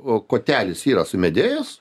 o kotelis yra sumedėjęs